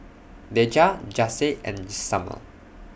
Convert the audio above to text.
Deja Jase and Summer